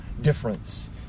difference